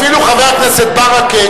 אפילו חבר הכנסת ברכה,